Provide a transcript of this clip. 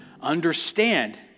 understand